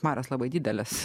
marios labai didelis